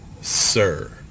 sir